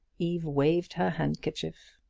eve waved her handkerchief.